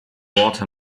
worte